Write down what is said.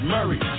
Murray